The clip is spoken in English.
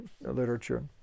literature